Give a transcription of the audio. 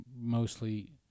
mostly